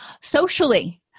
Socially